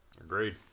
Agreed